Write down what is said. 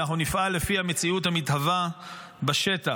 אנחנו נפעל לפי המציאות המתהווה בשטח,